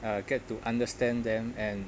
uh get to understand them and